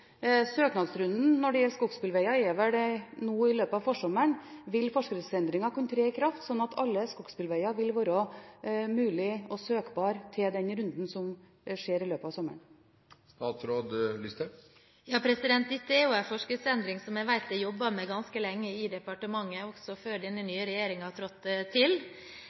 Søknadsrunden når det gjelder skogsbilveger, er nå i løpet av forsommeren. Vil forskriftsendringen kunne tre i kraft slik at alle skogsbilveger vil være søkbare til den runden som finner sted i løpet av sommeren? Dette er en forskriftsendring som jeg vet det er jobbet med ganske lenge i departementet også før denne nye regjeringen tiltrådte. Jeg håper at vi skal få den på plass før det,